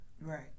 Right